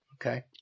Okay